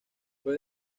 fue